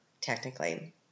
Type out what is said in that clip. technically